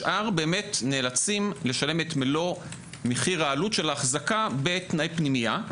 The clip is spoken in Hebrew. השאר באמת נאלצים לשלם את מלוא מחיר העלות של האחזקה בתנאי פנימייה,